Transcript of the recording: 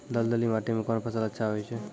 दलदली माटी म कोन फसल अच्छा होय छै?